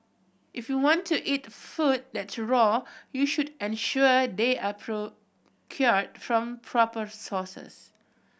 if you want to eat food that raw you should ensure they are procured from proper sources